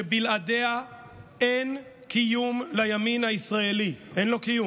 שבלעדיה אין קיום לימין הישראלי, אין לו קיום,